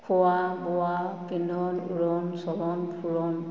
খোৱা বোৱা পিন্ধন উৰণ চলন ফুৰণ